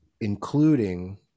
including